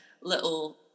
little